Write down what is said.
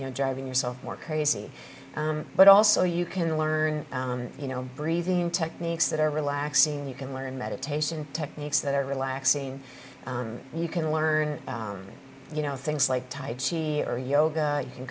you know driving yourself more crazy but also you can learn you know breathing techniques that are relaxing and you can learn meditation techniques that are relaxing and you can learn you know things like type she or yoga you can